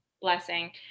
blessing